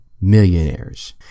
millionaires